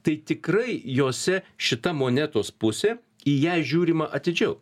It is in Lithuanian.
tai tikrai jose šita monetos pusė į ją žiūrima atidžiau